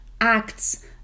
acts